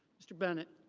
mr. bennett.